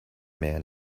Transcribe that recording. man